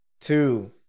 two